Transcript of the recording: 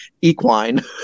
equine